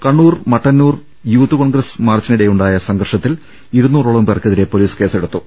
കണ്ണൂർ മട്ടന്നൂരിൽ യൂത്ത് കോൺഗ്രസ് മാർച്ചി നിടെയുണ്ടായ സംഘർഷത്തിൽ ഇരുനൂറോളം പേർക്കെ തിരെ പൊലീസ് കേസെടുത്തു